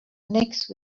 next